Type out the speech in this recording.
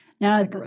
now